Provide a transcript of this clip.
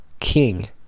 king